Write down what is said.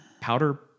powder